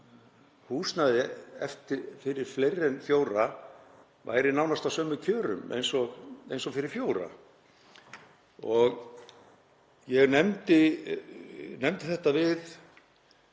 húsnæði fyrir fleiri en fjóra væri nánast á sömu kjörum og fyrir fjóra. Ég nefndi þetta við